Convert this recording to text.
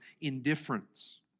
indifference